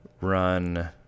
run